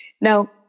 Now